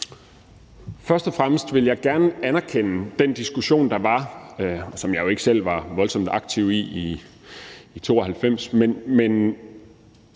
Først og fremmest vil jeg gerne anerkende den diskussion, der var i 1992, som jeg jo ikke selv var voldsomt aktiv i, for der